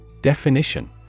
Definition